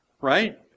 right